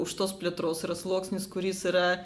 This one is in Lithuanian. už tos plėtros yra sluoksnis kuris yra